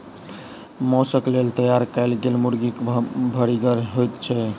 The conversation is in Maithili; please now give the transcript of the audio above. मौसक लेल तैयार कयल गेल मुर्गी भरिगर होइत छै